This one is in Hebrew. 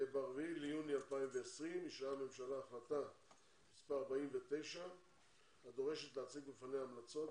ב-4 ביוני 2020 אישרה הממשלה החלטה מספר 49 הדורשת להציג בפניה המלצות